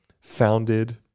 founded